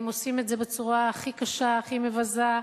הם עושים את זה בצורה הכי קשה, הכי מבזה.